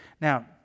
now